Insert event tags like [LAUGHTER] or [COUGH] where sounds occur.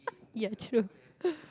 [LAUGHS] ya true [LAUGHS]